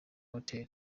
hotel